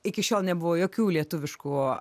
iki šiol nebuvo jokių lietuviškų